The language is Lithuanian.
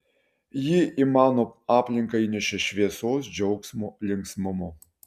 ji į mano aplinką įnešė šviesos džiaugsmo linksmumo